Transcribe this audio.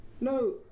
no